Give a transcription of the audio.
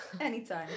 Anytime